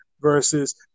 versus